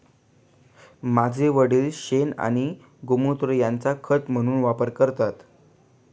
माझे वडील शेण आणि गोमुत्र यांचा खत म्हणून वापर करतात